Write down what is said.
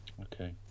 Okay